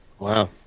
Wow